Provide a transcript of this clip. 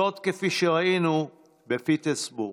זאת, כפי שראינו בפיטסבורג,